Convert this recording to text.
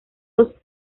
dos